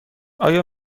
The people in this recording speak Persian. آیا